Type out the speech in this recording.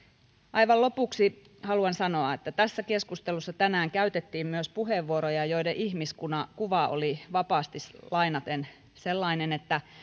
aivan lopuksi haluan sanoa että tässä keskustelussa tänään käytettiin myös puheenvuoroja joiden ihmiskuva oli vapaasti lainaten sellainen että